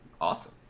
Awesome